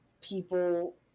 people